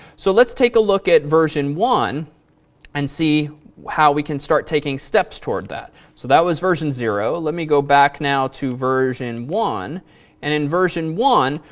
so let's take a look at version one and see how we can start taking steps toward that. so that was version zero, let me go back now to version one and in version one,